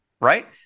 right